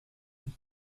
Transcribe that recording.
von